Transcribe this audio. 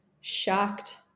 shocked